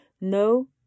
no